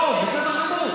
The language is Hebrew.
לא, בסדר גמור.